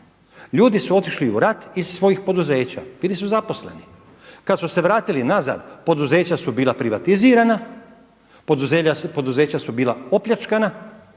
Ljudi su otišli u rat iz svojih poduzeća, bili su zaposleni. Kad su se vratili nazad poduzeća su bila privatizirana, poduzeća su bila opljačkana